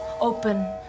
open